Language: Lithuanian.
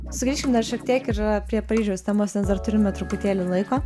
sugrįškim dar šiek tiek ir prie paryžiaus temos nes dar turime truputėlį laiko